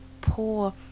poor